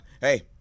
hey